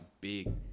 big